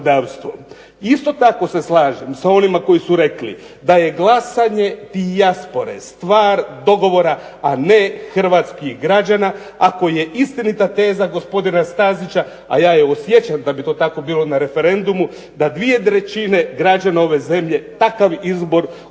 Isto tako se slažem sa onima koji su rekli da je glasanje dijaspore stvar dogovora, a ne hrvatskih građana ako je istinita teza gospodina Stazića, a ja je osjećam da bi to tako bilo na referendumu da dvije trećine građana ove zemlje takav izbor u